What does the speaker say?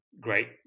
great